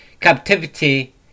captivity